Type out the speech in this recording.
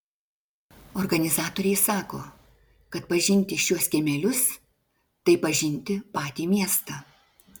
organizatoriai sako kad pažinti šiuos kiemelius tai pažinti patį miestą